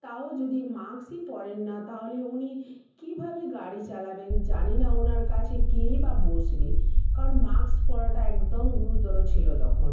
তাও যদি মাস্কই পরেন না তাহলে উনি কীভাবে গাড়ি চালাবেন জানি না ওনার কাছে কেই বা বসবে কারণ মাস্ক পরাটা একদম গুরুতর ছিলো তখন